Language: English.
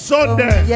Sunday